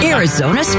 Arizona